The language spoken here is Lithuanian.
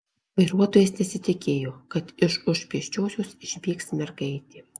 vairuotojas nesitikėjo kad iš už pėsčiosios išbėgs mergaitė